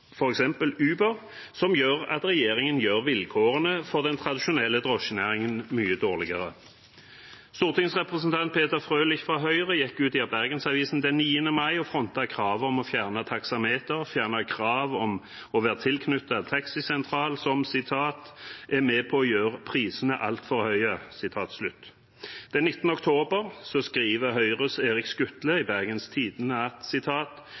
f.eks. Uber som gjør at regjeringen gjør vilkårene for den tradisjonelle drosjenæringen mye dårligere. Stortingsrepresentant Peter Frølich fra Høyre gikk ut i Bergensavisen den 9. mai og frontet å fjerne kravet om taksameter og krav om å være tilknyttet en taxisentral, som «er med på å gjøre prisene altfor høye». Den 19. oktober skriver Høyres Erik Skutle